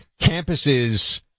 campuses